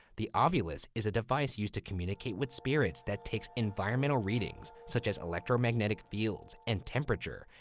the ovilus is a device used to communicate with spirits that takes environmental readings, such as electromagnetic fields and temperature,